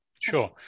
Sure